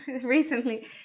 recently